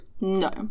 no